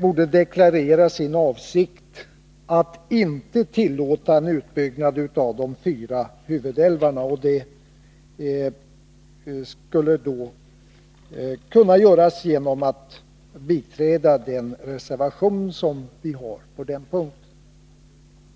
borde deklarera sin avsikt att inte tillåta en utbyggnad av de fyra huvudälvarna. Det skulle riksdagen kunna göra genom att biträda den reservation vi har på den punkten.